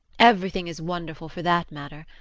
everything is wonderful for that matter.